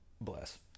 Bless